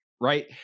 right